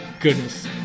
Goodness